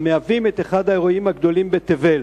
המהווים את אחד האירועים הגדולים בתבל.